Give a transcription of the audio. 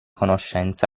conoscenza